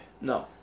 No